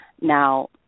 Now